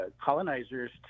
colonizers